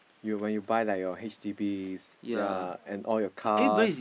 you when you buy like your H_D_Bs ya and all your cars